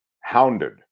hounded